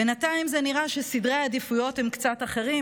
בינתיים נראה שסדרי העדיפויות הם קצת אחרים,